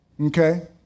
okay